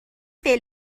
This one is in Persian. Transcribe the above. فعل